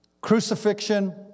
crucifixion